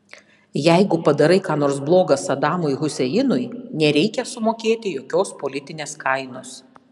jeigu padarai ką nors bloga sadamui huseinui nereikia sumokėti jokios politinės kainos